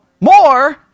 more